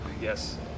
Yes